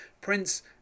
prince